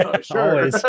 Sure